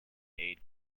aid